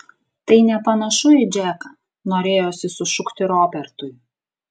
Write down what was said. tai nepanašu į džeką norėjosi sušukti robertui